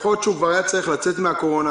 יכול להיות שהוא כבר היה צריך לצאת מהקורונה,